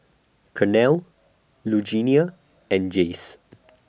Carnell Lugenia and Jace